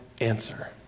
answer